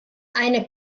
eine